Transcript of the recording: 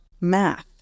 Math